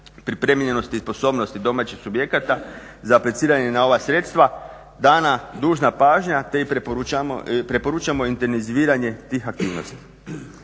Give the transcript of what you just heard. pripremljenosti i sposobnosti domaćih subjekata za apliciranje na ova sredstva dana dužna pažnja te i preporučamo intenziviranje tih aktivnosti.